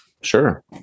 Sure